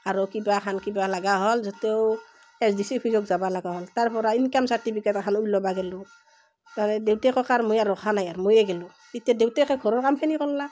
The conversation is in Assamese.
আৰু কিবা এখন কিবা লগা হ'ল য'ত ত' এছ ডি চি অফিছত যাবা লগা হ'ল তাৰপৰা ইনকাম চাৰ্টিফিকেট এখান উলিয়াব গ'লো তাৰে দেউতাকক আৰ মই ৰখা নাই আৰ ময়ে গ'লো তিত্তে দেউতাকে ঘৰৰ কামখিনি কৰলাক